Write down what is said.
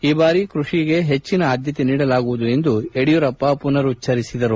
ಈ ಬಾರಿ ಕ್ರಷಿಗೆ ಹೆಚ್ಚಿನ ಅದ್ಧತೆ ನೀಡಲಾಗುವುದು ಎಂದು ಯಡಿಯೂರಪ್ಪ ಪುರುಚ್ಗರಿಸಿದರು